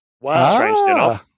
Wow